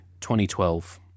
2012